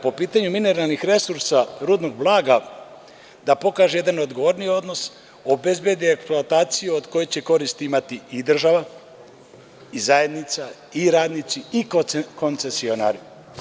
Po pitanju mineralnih resursa, rudnog blaga da pokaže jedan odgovorniji odnos, obezbedi eksploataciju od koje će koristi imati i država i radnici i zajednica i koncesionari.